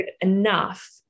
enough